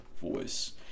voice